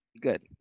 Good